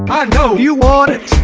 i know you want it,